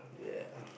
yeah